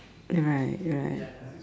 right right